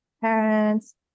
parents